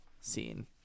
scene